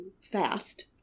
fast